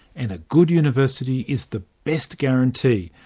and a good university is the best guarantee.